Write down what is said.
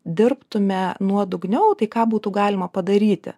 dirbtume nuodugniau tai ką būtų galima padaryti